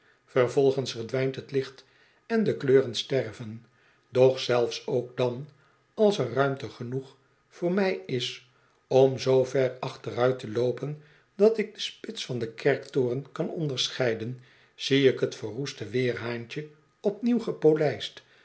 vervolgens verdwijnt het licht en de kleuren sterven doch zelfs ook dan als er ruimte genoeg voor mij is om zoo ver achteruit te loopen dat ik de spits van den kerktoren kan onderscheiden zie ik het verroeste weerhaantje opnieuw gepolijst